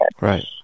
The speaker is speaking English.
Right